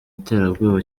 iterabwoba